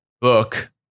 Book